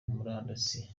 murandasi